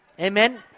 Amen